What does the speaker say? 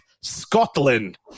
Scotland